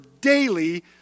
daily